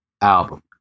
album